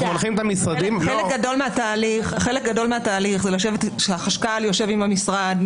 אנחנו במשרדים --- חלק גדול מהתהליך זה שהחשכ"ל יושב עם המשרד,